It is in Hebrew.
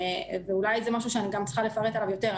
ואולי זה משהו שאני צריכה לפרט עליו יותר: